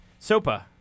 Sopa